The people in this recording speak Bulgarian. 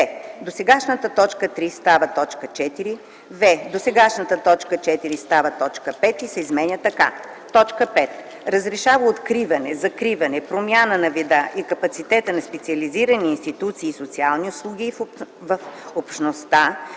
б) досегашната т. 3 става т. 4; в) досегашната т. 4 става т. 5 и се изменя така: „5. разрешава откриване, закриване, промяна на вида и капацитета на специализирани институции и социални услуги в общността,